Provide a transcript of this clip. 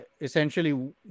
essentially